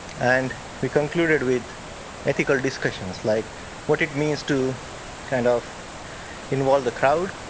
and we concluded with ethical discussions, like what it means to kind of involve the crowd,